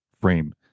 frame